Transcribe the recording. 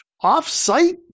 off-site